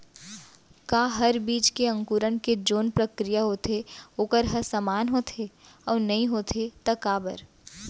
का हर बीज के अंकुरण के जोन प्रक्रिया होथे वोकर ह समान होथे, अऊ नहीं होथे ता काबर?